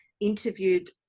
interviewed